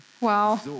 wow